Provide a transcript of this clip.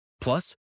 plus